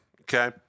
okay